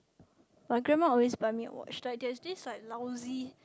my grandma always buy me a watch like there's this like lousy